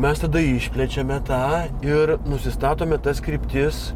mes tada išplečiame tą ir nusistatome tas kryptis